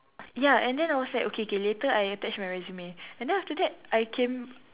ya and then I was like okay K later I attach my resume and then after that I came